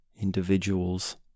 individuals